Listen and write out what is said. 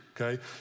Okay